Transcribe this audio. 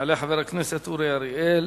יעלה חבר הכנסת אורי אריאל.